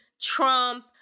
Trump